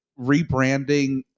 rebranding